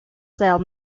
cell